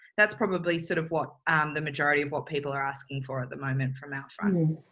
that's probably sort of what the majority of what people are asking for at the moment from our front.